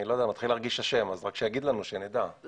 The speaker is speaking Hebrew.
אחראי גם על